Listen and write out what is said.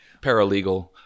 paralegal